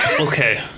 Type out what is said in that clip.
Okay